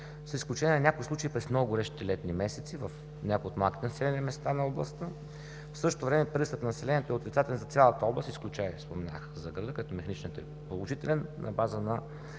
с изключение на някои случаи през много горещи летни месеци в някои от малките населени места на областта. В същото време прирастът на населението е отрицателен за цялата област, изключая, споменах за града, където механичният е положителен на база на